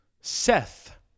Seth